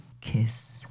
kiss